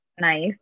nice